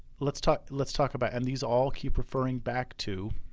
let's talk, let's talk about, and these all keep referring back to